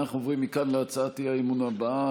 אנחנו עוברים מכאן להצעת האי-אמון הבאה,